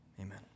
Amen